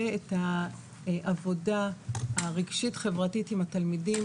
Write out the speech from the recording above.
את העבודה הרגשית-חברתית עם התלמידים,